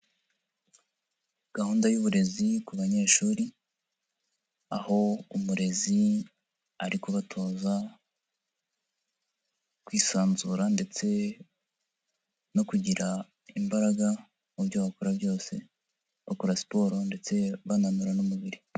Gahunda y'uburezi ku banyeshuri, aho umurezi ari kubatoza kwisanzura ndetse no kugira imbaraga mu byo bakora byose, bakora siporo ndetse bananura n'umubiri.